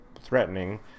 threatening